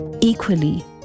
Equally